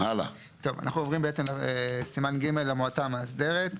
אנחנו עוברים לסימן ג', המועצה המאסדרת.